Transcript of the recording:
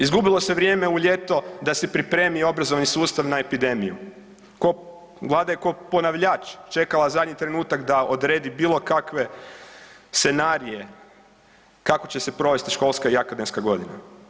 Izgubilo se vrijeme u ljeto da se pripremi obrazovni sustav na epidemiju, ko, vlada je ko ponavljač, čekala zadnji trenutak da odredi bilo kakve scenarije kako će se provesti školska i akademska godina.